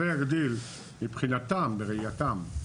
זה יגדיל מבחינתם בראייתם.